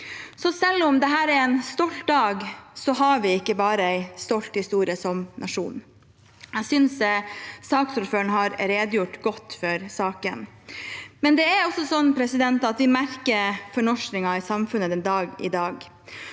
Selv om dette er en stolt dag, har vi ikke bare en stolt historie som nasjon. Jeg synes saksordføreren har redegjort godt for saken. Det er sånn at vi også merker fornorskningen i samfunnet den dag